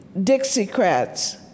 Dixiecrats